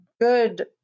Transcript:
good